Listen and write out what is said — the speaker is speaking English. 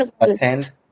attend